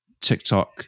TikTok